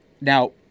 Now